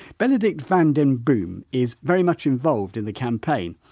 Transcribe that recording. benedikt van den boom is very much involved in the campaign.